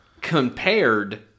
compared